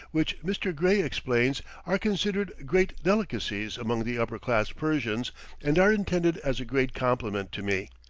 which, mr. gray explains, are considered great delicacies among the upper-class persians and are intended as a great compliment to me.